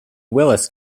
willis